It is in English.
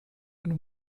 and